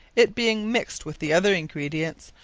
it being mixt with the other ingredients,